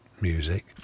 music